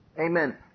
Amen